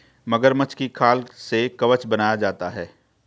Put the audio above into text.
मगरमच्छ की खाल से कवच बनाया जाता है